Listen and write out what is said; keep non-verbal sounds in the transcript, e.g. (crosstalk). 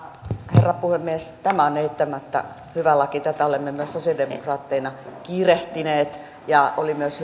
herra puhemies tämä on eittämättä hyvä laki tätä olemme myös sosialidemokraatteina kiirehtineet ja tämän edeltäjä oli myös (unintelligible)